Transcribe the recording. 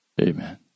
Amen